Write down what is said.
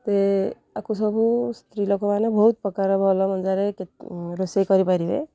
ସେ ଆକୁ ସବୁ ସ୍ତ୍ରୀଲୋକମାନେ ବହୁତ ପ୍ରକାର ଭଲ ମଜାରେ ରୋଷେଇ କରିପାରିବେ